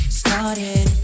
started